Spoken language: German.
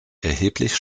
erheblich